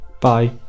Bye